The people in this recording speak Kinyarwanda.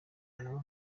myanya